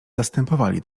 zastępowali